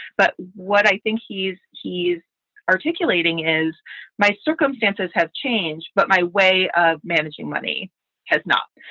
but what i think he's he's articulating is my circumstances have changed, but my way of managing money has not.